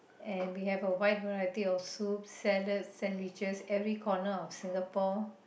and we have a wide variety of soups salads sandwiches every corner of Singapore